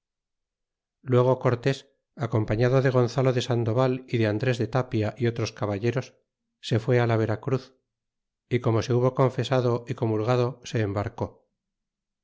luego cortés acompañado de gonzalo de sandoval y de andres de tapia y otros caballeros se fué la vera cruz y como se hubo confesado y comulgado se embarcó y